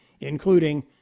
including